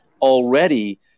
already